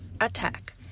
attack